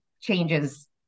changes